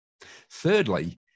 Thirdly